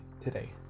today